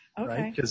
Okay